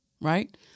right